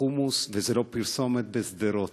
חומוס, וזה לא פרסומת, בשדרות,